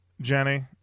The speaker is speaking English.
Jenny